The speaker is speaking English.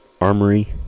armory